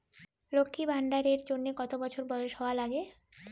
লক্ষী ভান্ডার এর জন্যে কতো বছর বয়স হওয়া লাগে?